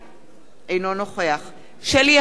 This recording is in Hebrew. אינו נוכח שלי יחימוביץ,